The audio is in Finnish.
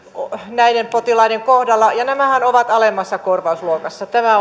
näiden potilaiden kohdalla ja nämähän ovat alemmassa korvausluokassa tämä